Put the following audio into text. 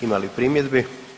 Ima li primjedbi?